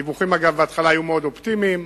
בהתחלה הדיווחים היו מאוד אופטימיים,